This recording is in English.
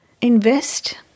Invest